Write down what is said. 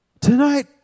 tonight